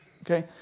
okay